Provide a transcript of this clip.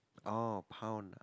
orh pound ah